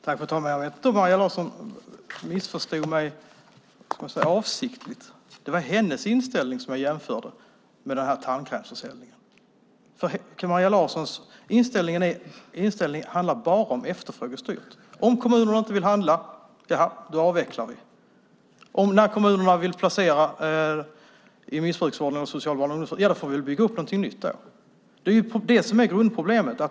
Fru talman! Jag vet inte om Maria Larsson missförstod mig avsiktligt. Det var hennes inställning som jag jämförde med tandkrämsförsäljning. Maria Larssons inställning handlar bara om efterfrågestyrt: Om kommunerna inte vill handla avvecklar vi. När kommunerna vill placera i missbrukarvården och den sociala barn och ungdomsvården får vi väl bygga upp något nytt. Det är det som är grundproblemet.